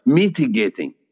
mitigating